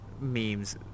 memes